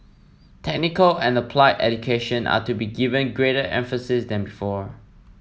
technical and applied education are to be given greater emphasis than before